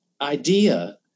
idea